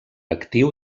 actiu